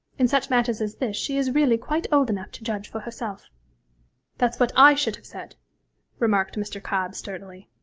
in such matters as this she is really quite old enough to judge for herself that's what i should have said remarked mr. cobb sturdily.